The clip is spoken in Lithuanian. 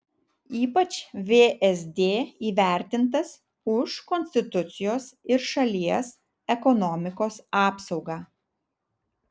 ypač vsd įvertintas už konstitucijos ir šalies ekonomikos apsaugą